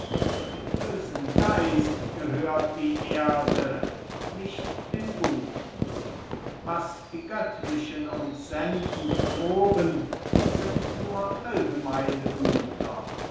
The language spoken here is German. dem bösen geist gehört die erde nicht dem guten was die göttlichen uns senden von oben sind nur allgemeine güter